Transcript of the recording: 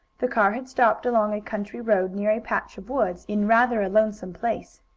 the car had stopped along a country road, near a patch of woods, in rather a lonesome place.